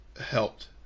helped